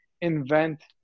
invent